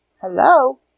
Hello